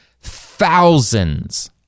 thousands